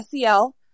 SEL